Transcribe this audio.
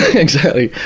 exactly.